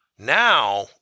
Now